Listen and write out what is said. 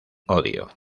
odio